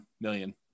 million